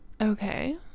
okay